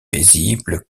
paisible